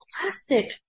plastic